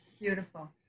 beautiful